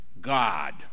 God